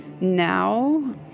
now